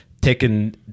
taken